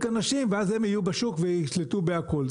אנשים ואז הם יהיו בשוק וישלטו בהכל,